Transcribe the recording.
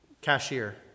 cashier